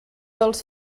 dels